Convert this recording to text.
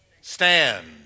stand